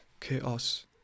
Chaos